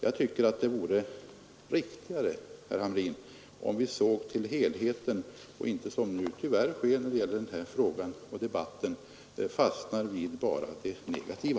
Jag tycker, herr Hamrin, att vi borde se till helheten och inte, som nu sker i den här debatten, fastna bara vid det negativa.